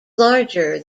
larger